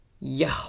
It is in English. Yo